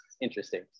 interesting